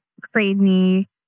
crazy